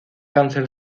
cáncer